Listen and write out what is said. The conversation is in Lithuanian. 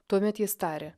tuomet jis tarė